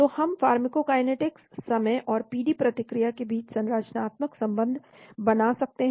तो हम फार्माकोकाइनेटिक्स समय और पीडी प्रतिक्रिया के बीच संरचनात्मक संबंध बना सकते हैं